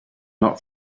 not